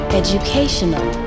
educational